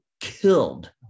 killed